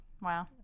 Wow